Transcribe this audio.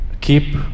keep